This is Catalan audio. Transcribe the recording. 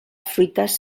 fruites